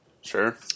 Sure